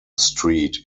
street